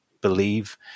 believe